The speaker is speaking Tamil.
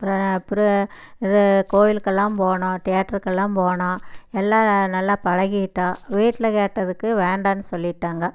அப்புறம் இது கோயிலுக்கெல்லாம் போனோம் தியேட்டருக்கெல்லாம் போனோம் எல்லாம் நல்லா பழகிட்டோம் வீட்டில் கேட்டத்துக்கு வேண்டாம்ன்னு சொல்லிட்விடாங்க